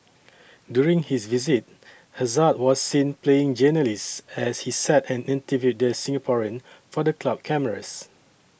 during his visit Hazard was seen playing journalist as he sat and interviewed the Singaporean for the club cameras